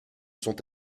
sont